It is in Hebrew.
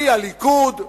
מהליכוד,